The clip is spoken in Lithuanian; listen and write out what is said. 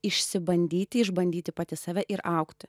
išsibandyti išbandyti pati save ir augti